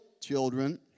children